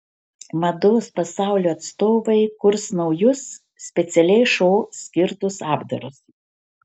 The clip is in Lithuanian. mados pasaulio atstovai kurs naujus specialiai šou skirtus apdarus